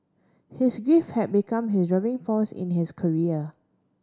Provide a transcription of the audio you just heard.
his grief had become his driving force in his career